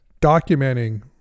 documenting